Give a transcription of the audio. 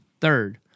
Third